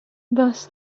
thus